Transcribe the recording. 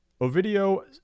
Ovidio